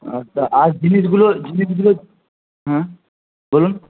আচ্ছা আর জিনিসগুলো জিনিসগুলো হ্যাঁ বলুন